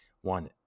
one